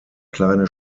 kleine